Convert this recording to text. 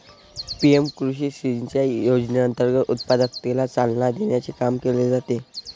PM कृषी सिंचाई योजनेअंतर्गत उत्पादकतेला चालना देण्याचे काम केले जाते